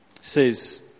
says